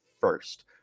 first